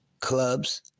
clubs